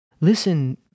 listen